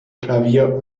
klavier